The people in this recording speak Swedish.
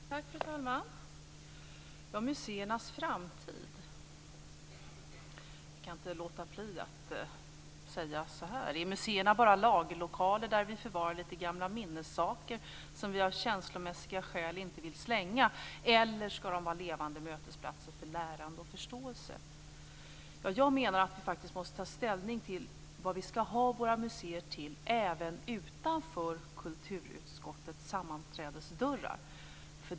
Fru talman! Om museernas framtid kan jag inte låta bli att säga så här: Är museerna bara lagerlokaler där vi förvarar lite gamla minnessaker som vi av känslomässiga skäl inte vill slänga, eller ska de vara levande mötesplatser för lärande och förståelse? Ja, jag menar att vi faktiskt måste ta ställning till vad vi ska ha våra museer till, även utanför kulturutskottets dörrar.